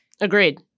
Agreed